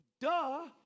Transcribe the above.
Duh